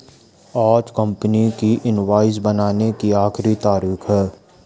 आज कंपनी की इनवॉइस बनाने की आखिरी तारीख है